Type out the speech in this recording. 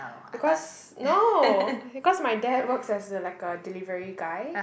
because no because my dad works as a like a delivery guy